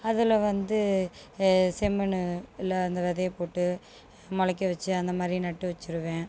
அதில் வந்து செம்மண் இல்லை அந்த விதைய போட்டு முளைக்க வச்சு அந்தமாதிரி நட்டு வச்சுருவேன்